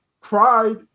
cried